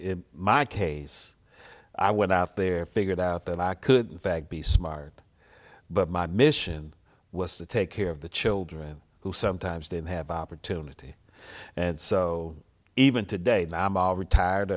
wrote my case i went out there figured out that i could in fact be smart but my mission was to take care of the children who sometimes didn't have opportunity and so even today